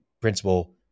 principle